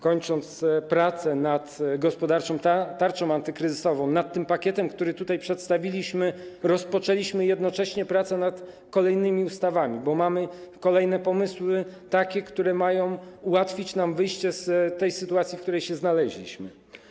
Kończąc pracę nad gospodarczą tarczą antykryzysową, nad tym pakietem, który tutaj przedstawiliśmy, rozpoczęliśmy jednocześnie prace nad kolejnymi ustawami, bo mamy kolejne takie pomysły, które mają ułatwić nam wyjście z tej sytuacji, w której się znaleźliśmy.